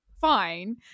fine